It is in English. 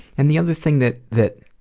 and the other thing that that